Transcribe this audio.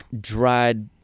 dried